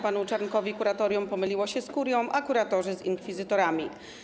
Panu Czarnkowi kuratorium pomyliło się z kurią, a kuratorzy z inkwizytorami.